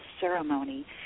ceremony